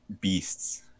beasts